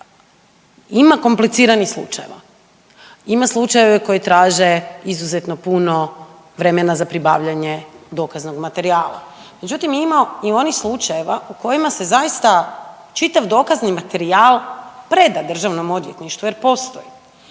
ima kompliciranih slučajeva, ima slučaja koji traže izuzetno puno vremena za pribavljanje dokaznog materijala, međutim ima i onih slučajeva u kojima se zaista čitav dokazni materijal preda državnom odvjetništvu jer postoji.